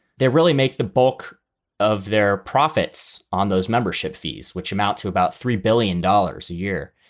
they really make the bulk of their profits on those membership fees, which amount to about three billion dollars a year.